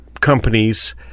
companies